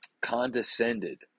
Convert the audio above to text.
condescended